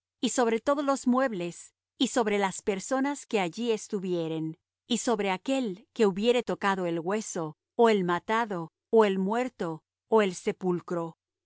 y sobre todos los muebles y sobre las personas que allí estuvieren y sobre aquel que hubiere tocado el hueso ó el matado ó el muerto ó el sepulcro